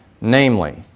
namely